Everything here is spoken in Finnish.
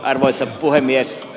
arvoisa puhemies